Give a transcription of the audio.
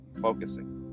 focusing